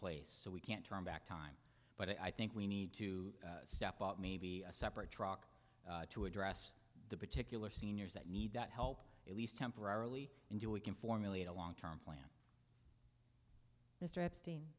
place so we can't turn back time but i think we need to step up maybe a separate truck to address the particular seniors that need that help at least temporarily until we can formulate a long term plan mr epste